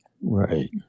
right